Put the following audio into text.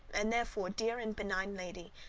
and therefore, dear and benign lady,